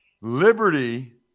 Liberty